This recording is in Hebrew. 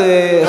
אתה צריך,